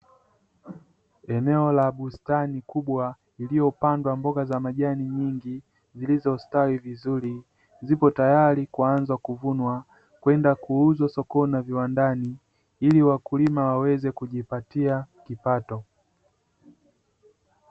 Eneo la bustani kubwa, iliyopandwa mboga za majani nyingi, zilizostawi vizuri, zipo tayari kuanza kuvunwa kwenda kuuzwa sokoni na viwandani ili wakulima waweze kujipatia kipato.